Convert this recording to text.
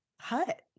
hut